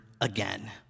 again